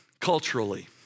culturally